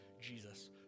Jesus